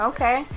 Okay